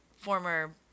former